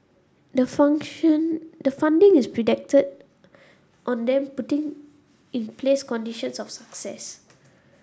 the function the funding is predicted on them putting in place conditions of success